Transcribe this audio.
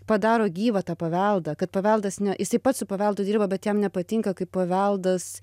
padaro gyvą tą paveldą kad paveldas ne jisai pats su paveldu dirba bet jam nepatinka kaip paveldas